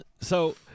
So-